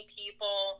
people